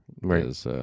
Right